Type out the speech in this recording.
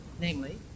namely